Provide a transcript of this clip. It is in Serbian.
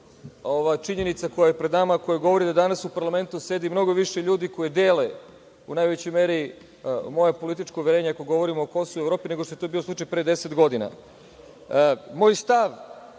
ova činjenica koja je pred nama, koja govori da danas u parlamentu sedi više ljudi koje dele moje političko uverenje, ako govorimo o Kosovu i Evropi, nego što je to bio slučaj pre deset godina. Moj stav